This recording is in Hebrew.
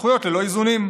זכויות ללא איזונים.